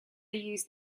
used